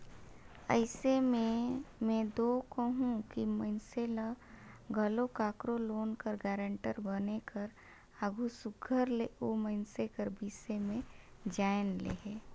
अइसे में में दो कहूं कि मइनसे ल घलो काकरो लोन कर गारंटर बने कर आघु सुग्घर ले ओ मइनसे कर बिसे में जाएन लेहे